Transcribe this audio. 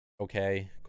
okay